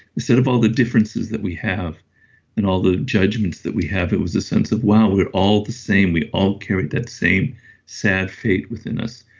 instead of all the differences that we have and all the judgements that we have it was sense of wow, we're all the same. we all carry that same sad fate within us.